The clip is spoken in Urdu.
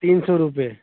تین سو روپے